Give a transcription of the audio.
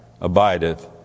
abideth